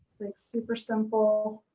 like super simple.